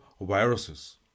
viruses